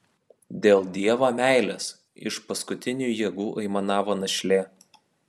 dėl dievo meilės iš paskutinių jėgų aimanavo našlė